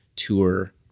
tour